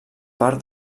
part